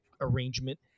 arrangement